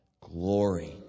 glory